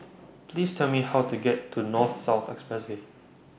Please Tell Me How to get to North South Expressway